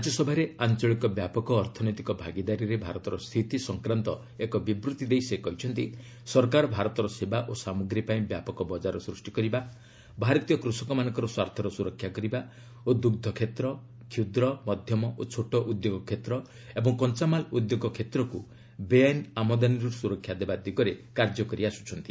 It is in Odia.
ରାଜ୍ୟସଭାରେ ଆଞ୍ଚଳିକ ବ୍ୟାପକ ଅର୍ଥନୈତିକ ଭାଗିଦାରୀରେ ଭାରତର ସ୍ଥିତି ସଂକ୍ରାନ୍ତ ଏକ ବିବୂତ୍ତି ଦେଇ ସେ କହିଛନ୍ତି ସରକାର ଭାରତର ସେବା ଓ ସାମଗ୍ରୀ ପାଇଁ ବ୍ୟାପକ ବଜାର ସୃଷ୍ଟି କରିବା ଭାରତୀୟ କୃଷକମାନଙ୍କର ସ୍ୱାର୍ଥର ସୁରକ୍ଷା କରିବା ଓ ଦୁଗ୍ଧ କ୍ଷେତ୍ର କ୍ଷୁଦ୍ର ମଧ୍ୟମ ଓ ଛୋଟ ଉଦ୍ୟୋଗ କ୍ଷେତ୍ର ଏବଂ କଞ୍ଚାମାଲ ଉଦ୍ୟୋଗ କ୍ଷେତ୍ରକୁ ବେଆଇନ୍ ଆମଦାନୀରୁ ସୁରକ୍ଷା ଦେବା ଦିଗରେ କାର୍ଯ୍ୟକରି ଆସୁଛନ୍ତି